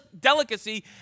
delicacy